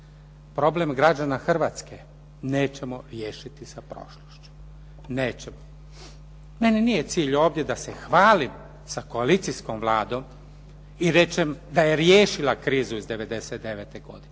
Problem građana Hrvatske nećemo riješiti sa prošlošću. Nećemo. Meni nije cilj ovdje da se hvalim sa koalicijskom Vladom i rečem da je riješila krizu iz '99. godine